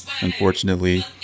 unfortunately